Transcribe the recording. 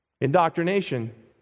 Indoctrination